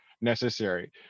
necessary